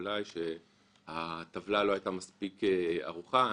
בליי שהטבלה לא הייתה מספיק ערוכה.